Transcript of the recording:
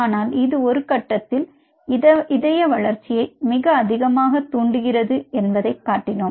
ஆனால் இது ஒரு கட்டத்தில் இது இதய வளர்ச்சியை மிக அதிகமாக தூண்டுகிறது என்பதைக் காட்டினோம்